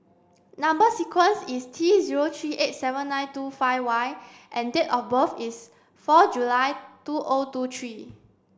number sequence is T zero three eight seven nine two five Y and date of birth is four July two O two three